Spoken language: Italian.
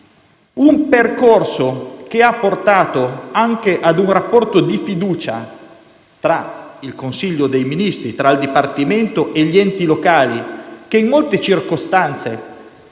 un percorso che ha portato anche ad un rapporto di fiducia tra il Consiglio dei Ministri, il Dipartimento per gli affari regionali e gli enti locali, che in molte circostanze